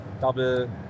double